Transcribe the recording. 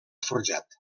forjat